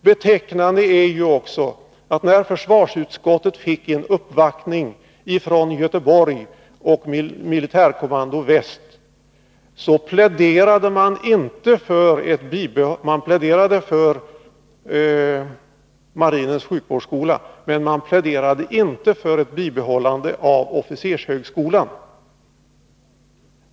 Betecknande är också att man i en uppvaktning från Göteborg och militärkommando väst hos försvarsutskottet pläderade för marinens sjukvårdsskola men inte för ett bibehållande av officershögskolan.